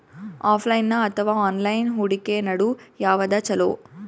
Offline ಅಥವಾ online ಹೂಡಿಕೆ ನಡು ಯವಾದ ಛೊಲೊ?